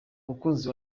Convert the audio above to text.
mukunzi